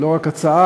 לא רק הצעה,